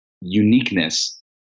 uniqueness